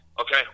okay